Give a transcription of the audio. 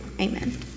amen